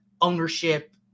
ownership